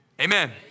amen